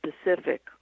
specific